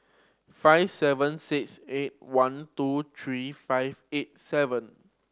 five seven six eight one two three five eight seven